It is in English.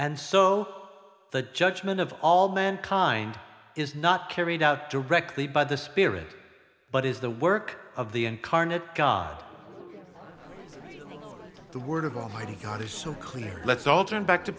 and so the judgment of all mankind is not carried out directly by the spirit but is the work of the incarnate god the word of almighty god is so clear let's all turn back to